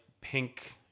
pink